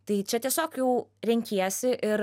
tai čia tiesiog jau renkiesi ir